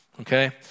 okay